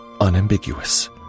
unambiguous